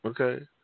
okay